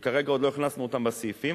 שכרגע עוד לא הכנסנו אותן בסעיפים,